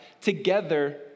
together